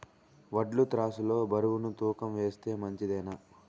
వడ్లు త్రాసు లో బరువును తూకం వేస్తే మంచిదేనా?